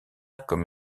comme